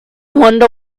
wonder